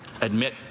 admit